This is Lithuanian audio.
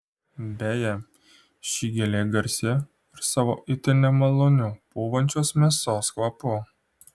beje ši gėlė garsi ir savo itin nemaloniu pūvančios mėsos kvapu